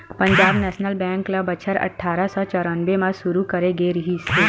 Punjab national bank ल बछर अठरा सौ चौरनबे म सुरू करे गे रिहिस हे